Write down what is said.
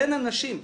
אין אנשים.